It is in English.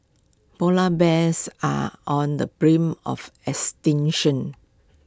Polar Bears are on the of extinction